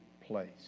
place